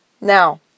Now